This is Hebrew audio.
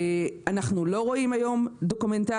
אנחנו לא רואים היום דוקומנטרי,